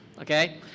okay